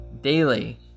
daily